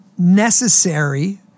necessary